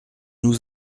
nous